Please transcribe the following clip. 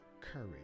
courage